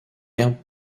herbes